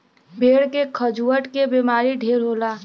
भेड़ के खजुहट के बेमारी ढेर होला